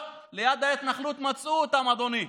לא, ליד ההתנחלות מצאו אותם, אדוני.